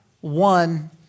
one